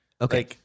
okay